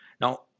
Now